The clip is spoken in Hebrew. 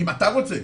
אם אתה רוצה,